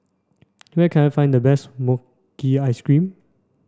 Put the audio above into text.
where can I find the best Mochi Ice Cream